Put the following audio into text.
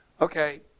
Okay